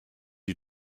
you